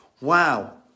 Wow